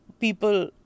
people